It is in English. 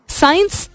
science